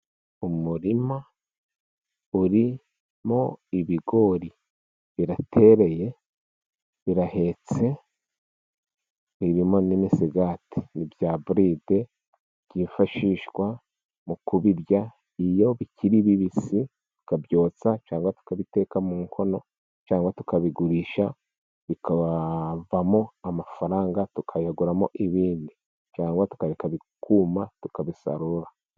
Umurima urimo ibigori, biratereye, birahetse birimo n'imisigati, ni ibya iburide, byifashishwa mu kubirya, iyo bikiri bibisi tukabyotsa cyangwa tukabiteka mu nkono, cyangwa tukabigurisha bikabavamo amafaranga tukayaguramo ibindi, cyangwa tukareka bikuma tukabisarura.